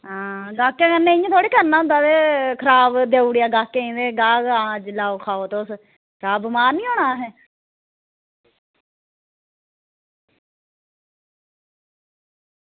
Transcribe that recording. ते गाह्कें ई कन्नै इंया थोह्ड़े करना होंदा ते खराब देई ओड़ेआ गाह्कें ई ते गाह्कें की लैओ ते खाओ अज्ज तुस तां बमार निं होना असें